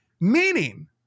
meaning